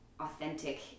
authentic